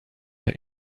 her